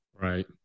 Right